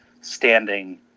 standing